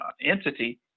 entity